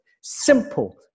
simple